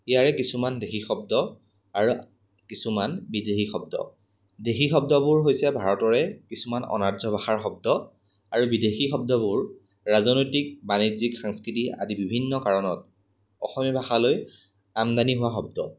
ইয়াৰে কিছুমান দেশী শব্দ আৰু কিছুমান বিদেশী শব্দ দেশী শব্দবোৰ হৈছে ভাৰতৰে কিছুমান অনাৰ্য ভাষাৰ শব্দ আৰু বিদেশী শব্দবোৰ ৰাজনৈতিক বাণিজ্যিক সাংস্কৃতিক আদি বিভিন্ন কাৰণত অসমীয়া ভাষালৈ আমদানি হোৱা শব্দ